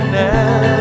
now